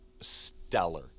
stellar